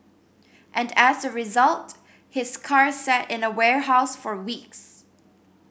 and as a result his car sat in a warehouse for weeks